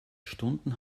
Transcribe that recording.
stunden